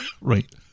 right